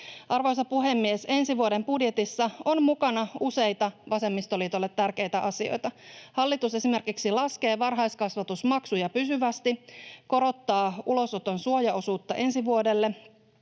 Arvoisa puhemies! Ensi vuoden budjetissa on mukana useita vasemmistoliitolle tärkeitä asioita. Hallitus esimerkiksi laskee varhaiskasvatusmaksuja pysyvästi, korottaa ulosoton suojaosuutta ensi vuodelle,